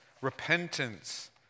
Repentance